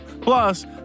Plus